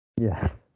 Yes